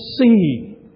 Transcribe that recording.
see